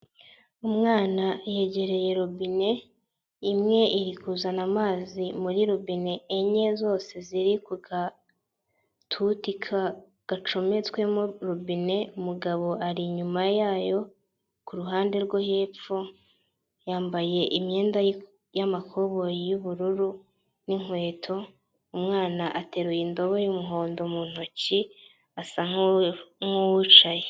Umwana yegereye robine, imwe iri kuzana amazi, muri robine enye zose ziri ku gatuti gacometswemo robine, umugabo ari inyuma yayo, ku ruhande rwo hepfo yambaye imyenda y'amakoboyi y'ubururu, n'inkweto, umwana ateruye indobo y'umuhondo mu ntoki, asa nk'uwicaye.